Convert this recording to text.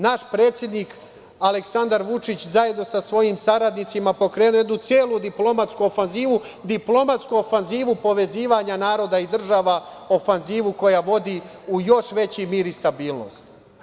Naš predsednik Aleksandar Vučić zajedno sa svojim saradnicima pokrenuo je jednu celu diplomatsku ofanzivu, diplomatsku ofanzivu povezivanja naroda i država, ofanzivu koja vodi u još veći mir i stabilnost.